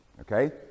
Okay